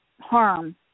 harm